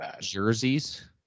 Jerseys